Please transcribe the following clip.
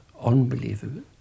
unbelievable